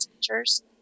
teachers